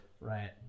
Right